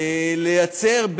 ליצור,